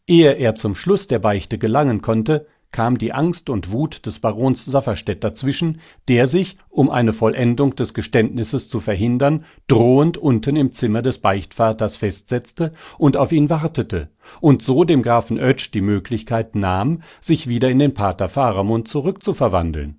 ehe er zum schluß der beichte gelangen konnte kam die angst und wut des barons safferstätt dazwischen der sich um eine vollendung des geständnisses zu verhindern drohend unten im zimmer des beichtvaters festsetzte und auf ihn wartete und so dem grafen oetsch die möglichkeit nahm sich wieder in den pater faramund zurückzuverwandeln